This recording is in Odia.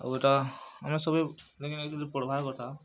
ଆଉ ଏଇଟା ଆମ ସବୁ ପଢ଼ବା କଥା